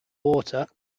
water